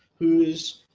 who's,